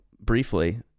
briefly